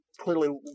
clearly